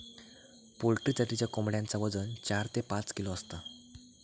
poultry जातीच्या कोंबड्यांचा वजन चार ते पाच किलो असता